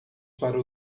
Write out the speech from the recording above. para